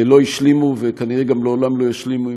שלא השלימו וכנראה גם לעולם לא ישלימו,